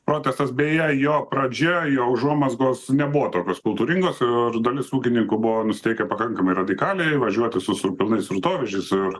protestas beje jo pradžia jo užuomazgos nebuvo tokios kultūringos ir dalis ūkininkų buvo nusiteikę pakankamai radikaliai važiuoti su pilnais srutovežiais ir